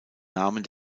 namen